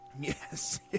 Yes